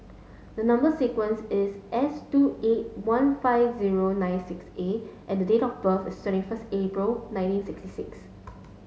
the number sequence is S two eight one five zero nine six A and the date of birth is twenty first April nineteen sixty six